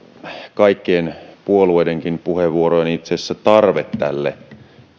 kaikkien puolueidenkin puheenvuoroja niin itse asiassa tarve tälle